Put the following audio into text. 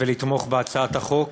ולתמוך בהצעת החוק,